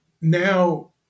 now